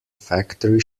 factory